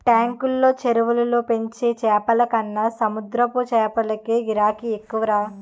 టాంకులు, చెరువుల్లో పెంచే చేపలకన్న సముద్రపు చేపలకే గిరాకీ ఎక్కువరా